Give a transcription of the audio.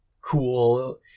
cool